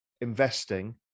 investing